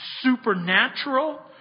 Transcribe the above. Supernatural